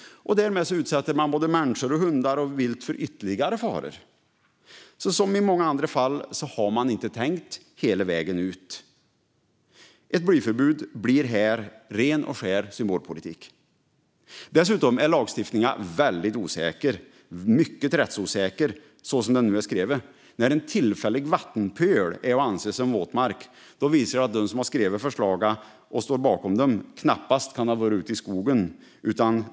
Därmed utsätts såväl människor som hundar och vilt för ytterligare faror. Som i många andra fall har man inte tänkt tanken hela vägen ut. Ett blyförbud blir ren och skär symbolpolitik. Dessutom är lagstiftningen, så som den nu är skriven, mycket rättsosäker. När en tillfällig vattenpöl är att anse som våtmark visar det att de som skrivit och står bakom förslagen knappast kan ha varit ute i skogen.